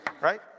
right